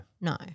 No